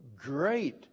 Great